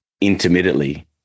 intermittently